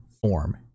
form